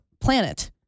planet